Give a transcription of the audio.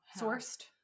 Sourced